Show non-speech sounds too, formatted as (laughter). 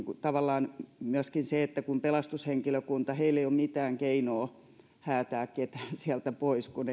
tavallaan tässä on myöskin se että pelastushenkilökunnalla ei ole mitään keinoa häätää ketään sieltä pois kun (unintelligible)